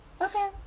Okay